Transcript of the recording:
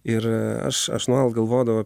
ir aš aš nuolat galvodavau